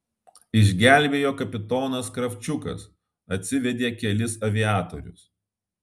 išgelbėjo kapitonas kravčiukas atsivedė kelis aviatorius